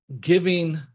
giving